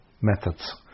methods